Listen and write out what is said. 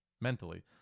mentally